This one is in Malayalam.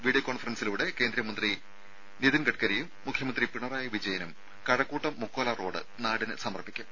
വീഡിയോ കോൺഫറൻസിംഗിലൂടെ കേന്ദ്രമന്ത്രി നിതിൻ ഗഡ്കരിയും മുഖ്യമന്ത്രി പിണറായി വിജയനും കഴക്കൂട്ടം മുക്കോല റോഡ് നാടിന് സമർപ്പിക്കും